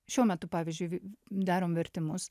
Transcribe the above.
šiuo metu pavyzdžiui vi darom vertimus